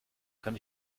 kann